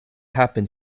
happened